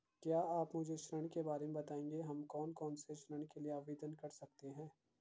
क्या आप मुझे ऋण के बारे में बताएँगे हम कौन कौनसे ऋण के लिए आवेदन कर सकते हैं?